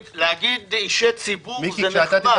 להגיד אישי ציבור, זה נחמד.